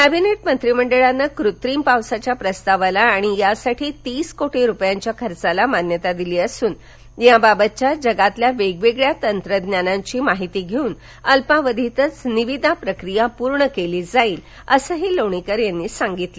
cabinet मंत्रीमंडळानं कृत्रिम पावसाच्या प्रस्तावाला आणि यासाठीच्या तीस कोटी रुपयांच्या खर्चाला मान्यता दिली असून याबाबतच्या जगातील वेगवेगळ्या तंत्रज्ञानाची माहिती धेऊन अल्पावधीतच निविदा प्रक्रिया पूर्ण केली जाईल असंही लोणीकर यांनी सांगितलं